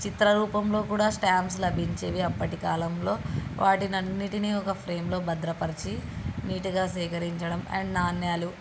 చిత్ర రూపంలో కూడా స్టాంప్స్ లభించేవి అప్పటి కాలంలో వాటినన్నిటినీ ఒక ఫ్రేమ్లో భద్రపరిచి నీటుగా సేకరించడం అండ్ నాణ్యాలు